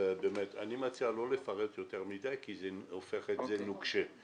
שאני מציע לא לפרט יותר מדי מכיוון שזה הופך את זה לנוקשה.